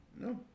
no